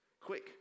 quick